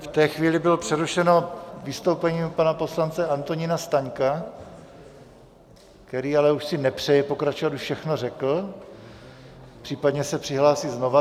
V té chvíli bylo přerušeno vystoupení pana poslance Antonína Staňka, který ale už si nepřeje pokračovat, už všechno řekl, případně se přihlásí znova.